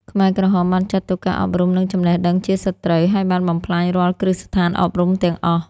ខ្មែរក្រហមបានចាត់ទុកការអប់រំ និងចំណេះដឹងជាសត្រូវ ហើយបានបំផ្លាញរាល់គ្រឹះស្ថានអប់រំទាំងអស់។